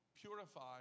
purify